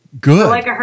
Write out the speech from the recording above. Good